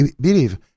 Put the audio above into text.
believe